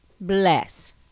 bless